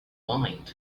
mind